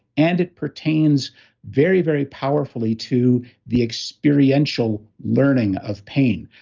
and it pertains very, very powerfully to the experiential learning of pain.